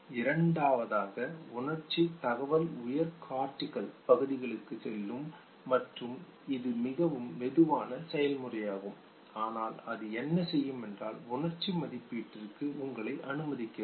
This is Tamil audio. இரண்டாவதாக உணர்ச்சித் தகவல் உயர் கார்டிகல் பகுதிகளுக்குச் செல்லும் மற்றும் இது மிகவும் மெதுவான செயல்முறையாகும் ஆனால் அது என்ன செய்யும் என்றால் உணர்ச்சி மதிப்பீட்டிற்கு உங்களை அனுமதிக்கிறது